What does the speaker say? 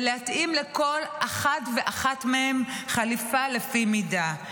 ולהתאים לכל אחד ואחת מהם חליפה לפי מידה.